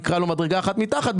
נקרא לו מדרגה אחת מתחת,